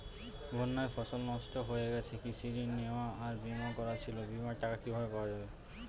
বন্যায় ফসল নষ্ট হয়ে গেছে কৃষি ঋণ নেওয়া আর বিমা করা ছিল বিমার টাকা কিভাবে পাওয়া যাবে?